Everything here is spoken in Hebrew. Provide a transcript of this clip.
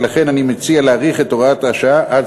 ולכן אני מציע להאריך את תוקף הוראת השעה עד